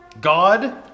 God